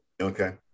Okay